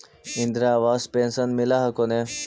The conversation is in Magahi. इन्द्रा आवास पेन्शन मिल हको ने?